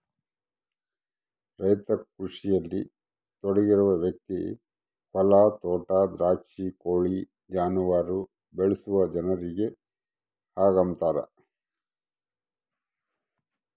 ರೈತ ಕೃಷಿಯಲ್ಲಿ ತೊಡಗಿರುವ ವ್ಯಕ್ತಿ ಹೊಲ ತೋಟ ದ್ರಾಕ್ಷಿ ಕೋಳಿ ಜಾನುವಾರು ಬೆಳೆಸುವ ಜನರಿಗೆ ಹಂಗಂತಾರ